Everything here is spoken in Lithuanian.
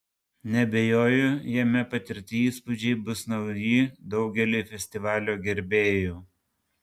neabejoju jame patirti įspūdžiai bus nauji daugeliui festivalio gerbėjų